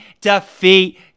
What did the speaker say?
defeat